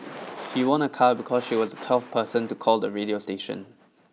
she won a car because she was the twelfth person to call the radio station